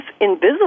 invisible